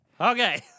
Okay